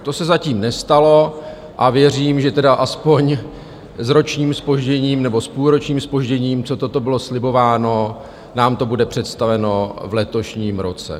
To se zatím nestalo a věřím, že tedy aspoň s ročním zpožděním nebo s půlročním zpožděním, co toto bylo slibováno, nám to bude představeno v letošním roce.